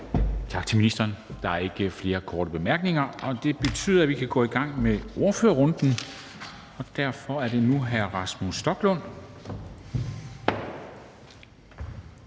Tak til ministeren. Der er ikke flere korte bemærkninger, og det betyder, at vi kan gå i gang med ordførerrunden. Derfor er det nu hr. Rasmus Stoklund,